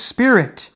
Spirit